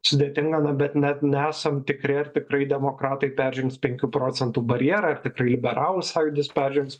sudėtinga na bet net nesam tikri ar tikrai demokratai peržengs penkių procentų barjerą ar tikrai liberalų sąjūdis peržengs